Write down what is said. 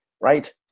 right